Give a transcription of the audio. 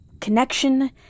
connection